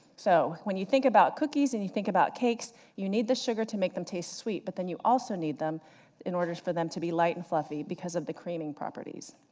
so when you think about cookies and you think about cakes you need the sugar to make them taste sweet, but then you also need them in order for them to be light and fluffy, because of the creaming properties.